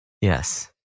yes